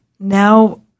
now